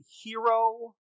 hero